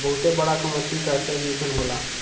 बहुत बड़ा के मसीन ट्रेक्टर जइसन होला